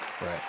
Right